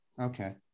okay